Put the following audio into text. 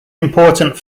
important